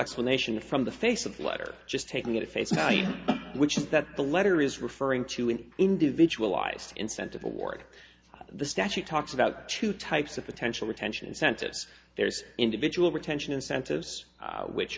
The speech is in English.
explanation from the face of the letter just taking it at face value which is that the letter is referring to an individualized incentive award the statute talks about two types of potential retention incentives there's individual retention incentives which